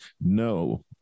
No